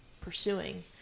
pursuing